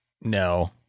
No